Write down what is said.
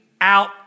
out